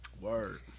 Word